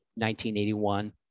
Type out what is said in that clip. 1981